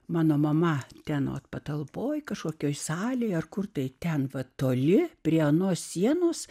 mano mama tenori patalpoje kažkokioje salėje ar kur tai ten vat toli prie anos sienos